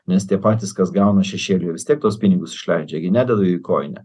nes tie patys kas gauna šešėlį jie vis tiek tuos pinigus išleidžia gi nededa jų į kojinę